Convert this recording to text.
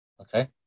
Okay